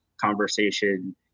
conversation